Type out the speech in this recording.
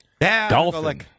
Dolphin